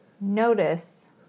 notice